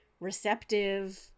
receptive